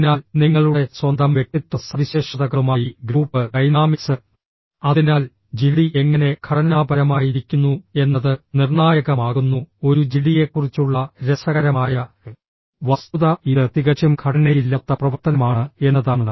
അതിനാൽ നിങ്ങളുടെ സ്വന്തം വ്യക്തിത്വ സവിശേഷതകളുമായി ഗ്രൂപ്പ് ഡൈനാമിക്സ് അതിനാൽ ജിഡി എങ്ങനെ ഘടനാപരമായിരിക്കുന്നു എന്നത് നിർണായകമാകുന്നു ഒരു ജിഡിയെക്കുറിച്ചുള്ള രസകരമായ വസ്തുത ഇത് തികച്ചും ഘടനയില്ലാത്ത പ്രവർത്തനമാണ് എന്നതാണ്